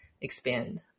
expand